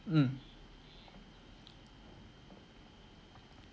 mm